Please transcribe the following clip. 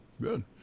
Good